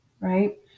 right